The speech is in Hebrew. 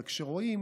אבל כשרואים